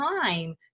time